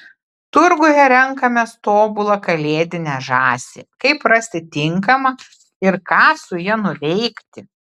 turguje renkamės tobulą kalėdinę žąsį kaip rasti tinkamą ir ką su ja nuveikti